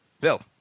Bill